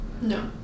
No